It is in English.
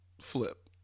flip